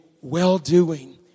well-doing